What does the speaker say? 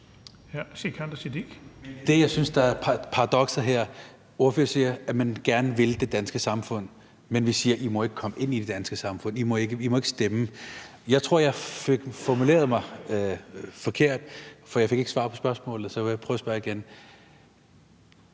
jeg synes er paradokset her, er, at ordføreren siger, at man gerne vil det danske samfund, men vi siger: I må ikke komme ind i det danske samfund, I må ikke stemme. Jeg tror, jeg formulerede mig forkert, for jeg fik ikke svar på spørgsmålet, så jeg må prøve at spørge igen.